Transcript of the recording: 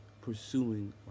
pursuing